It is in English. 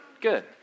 Good